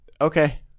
Okay